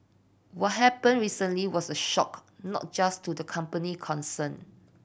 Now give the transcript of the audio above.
what happened recently was a shock not just to the company concerned